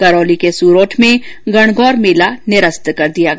करौली के सूरोठ में गणगौर मेला निरस्त कर दिया गया